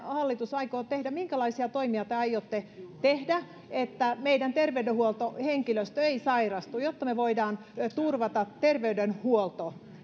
hallitus aikoo tehdä minkälaisia toimia te aiotte tehdä että meidän terveydenhuoltohenkilöstömme ei sairastu jotta voidaan turvata terveydenhuolto